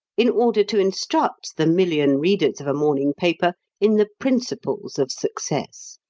in order to instruct the million readers of a morning paper in the principles of success!